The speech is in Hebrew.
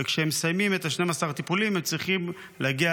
וכשהם מסיימים את 12 הטיפולים הם צריכים להגיע